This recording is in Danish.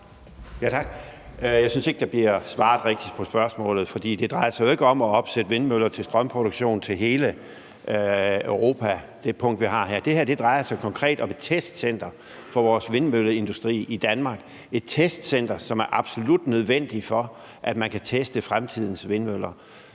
Jeg synes ikke, der rigtig bliver svaret på spørgsmålet, for det drejer sig jo ikke om at opsætte vindmøller til strømproduktion til hele Europa i det punkt, vi har her. Det her drejer sig konkret om et testcenter for vores vindmølleindustri Danmark – et testcenter, som er absolut nødvendigt, for at man kan teste fremtidens vindmøller.